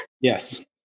Yes